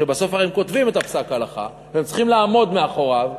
בסוף הרי הם כותבים את פסק ההלכה והם צריכים לעמוד מאחוריו,